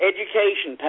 Education